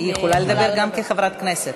היא יכולה לדבר גם כחברת כנסת.